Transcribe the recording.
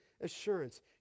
assurance